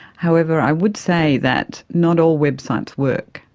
however, i would say that not all websites work,